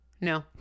No